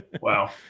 Wow